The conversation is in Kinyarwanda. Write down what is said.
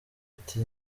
ati